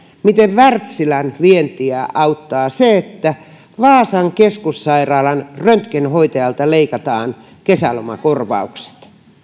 miten wärtsilän vientiä auttaa se että vaasan keskussairaalan röntgenhoitajalta leikataan kesälomakorvaukset